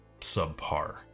subpar